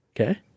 Okay